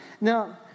now